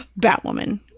Batwoman